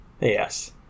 Yes